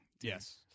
Yes